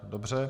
Dobře.